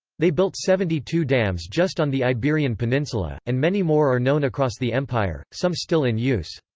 they built seventy two dams just on the iberian peninsula, and many more are known across the empire, some still in use.